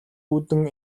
үүдэн